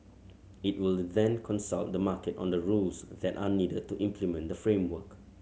it will then consult the market on the rules that are needed to implement the framework